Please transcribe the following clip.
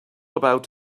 about